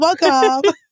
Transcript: welcome